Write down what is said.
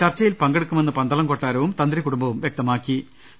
ചർച്ചയിൽ പങ്കെടുക്കുമെന്ന് പന്തളം കൊട്ടാ രവും തന്ത്രി കൂടുംബവും വ്യക്തമാക്കിയിട്ടുണ്ട്